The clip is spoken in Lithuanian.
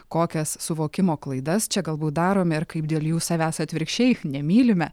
kokias suvokimo klaidas čia galbūt darome ir kaip dėl jų savęs atvirkščiai nemylime